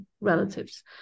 relatives